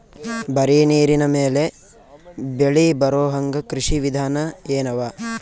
ಬರೀ ನೀರಿನ ಮೇಲೆ ಬೆಳಿ ಬರೊಹಂಗ ಕೃಷಿ ವಿಧಾನ ಎನವ?